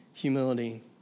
humility